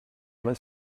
main